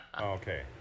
Okay